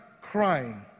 crying